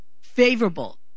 favorable